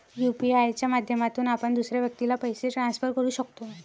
UPI च्या माध्यमातून आपण दुसऱ्या व्यक्तीला पैसे ट्रान्सफर करू शकतो